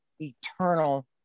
eternal